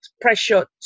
pressure